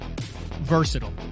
versatile